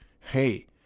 hey